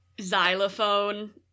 Xylophone